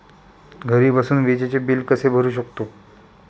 घरी बसून विजेचे बिल कसे भरू शकतो?